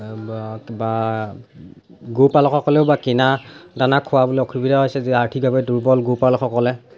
বা গৰুপালকসকলে বা কিনা দানা খুৱাবলৈ অসুবিধা হৈছে যি আৰ্থিক একেবাৰে দুৰ্বল গৰু পালকসকলে